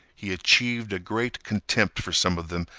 he achieved a great contempt for some of them,